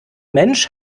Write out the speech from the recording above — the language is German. mensch